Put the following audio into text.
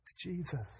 Jesus